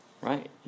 right